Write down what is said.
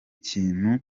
kintu